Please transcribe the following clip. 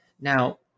Now